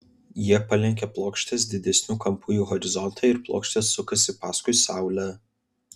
jie palenkia plokštes didesniu kampu į horizontą ir plokštės sukasi paskui saulę